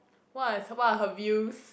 what is what are her views